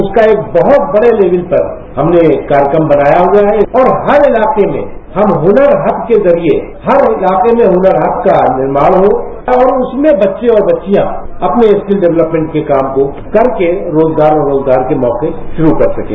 उसका एक बहुत बड़े लेवल पर हमने कार्यक्रम बनाया हुआ है और हर इलाके में हम हुनर हब के जरिये हर इलाके में हुनर हब का निर्माण हो और रसमें बच्चे और बच्चियां अपने रिकल डेवलपमेंट के काम को करके रोजगार और रोजगार के मौके शुरू कर सकें